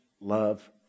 love